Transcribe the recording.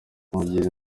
kumugira